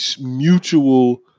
mutual